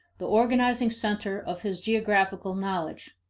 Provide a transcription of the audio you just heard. the organizing center of his geographical knowledge.